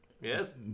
Yes